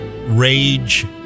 Rage